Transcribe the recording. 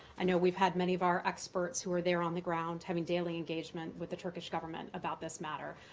i know we've had many of our experts who are there on the ground having daily engagement with the turkish government about this matter.